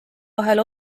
vahel